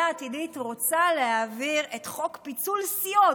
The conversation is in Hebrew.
העתידית רוצות להעביר את חוק פיצול סיעות,